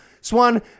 Swan